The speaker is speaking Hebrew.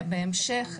בהמשך,